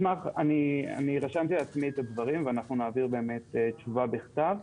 רשמתי את הדברים ונעביר תשובה בכתב.